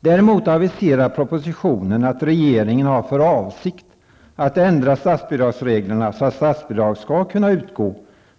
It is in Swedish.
Propositionen aviseras däremot att regeringen har för avsikt att ändra statsbidragsreglerna så att statsbidrag skall kunna utgå